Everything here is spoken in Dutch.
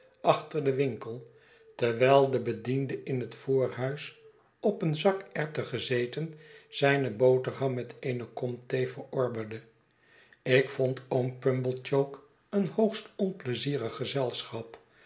achter den winkel terwijl de bediende in het voorhuis op een zak erwten gezeten zijne boterham met eene kom thee verorberde ik vond oom pumblechook een hoogst onpleizierig gezelschap